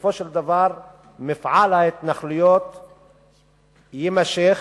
ובסופו של דבר מפעל ההתנחלויות יימשך,